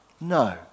No